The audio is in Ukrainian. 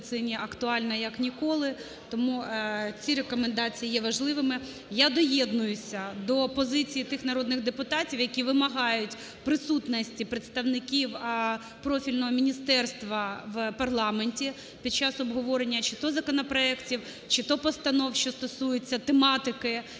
Я доєднуюся до позиції тих народних депутатів, які вимагають присутності представників профільного міністерства в парламенті під час обговорення чи то законопроектів, чи то постанов, що стосуються тематики,